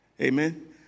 amen